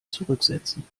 zurücksetzen